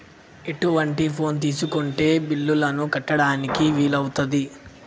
ఎటువంటి ఫోన్ తీసుకుంటే బిల్లులను కట్టడానికి వీలవుతది?